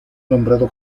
nombrado